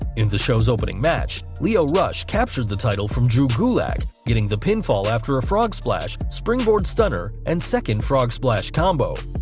in the show's opening match, lio rush captured the title from drew gulak, getting the pinfall after a frog splash, springboard stunner and second frog splash combo.